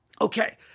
Okay